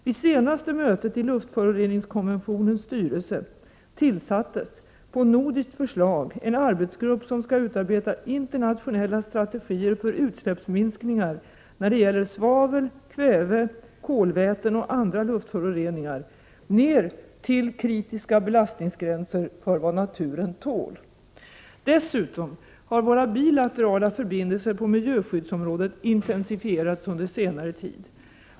Vid senaste mötet i luftföroreningskonventionens styrelse tillsattes på nordiskt förslag en arbetsgrupp som skall utarbeta internationella strategier för utsläppsminskningar när det gäller svavel, kväve, kolväten och andra luftföroreningar ner till kritiska belastningsgränser för vad naturen tål. Dessutom har våra bilaterala förbindelser på miljöskyddsområdet intensifierats under senare tid.